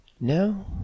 no